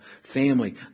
family